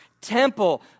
temple